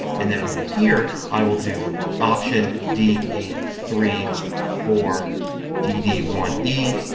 and then over here i will do option d eight three four d d one e.